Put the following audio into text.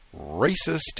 racist